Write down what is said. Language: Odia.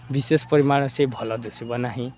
ବିଶେଷ ପରିମାଣରେ ସେ ଭଲ ଦିଶିବ ନାହିଁ